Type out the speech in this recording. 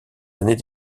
années